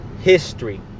history